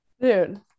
dude